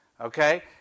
Okay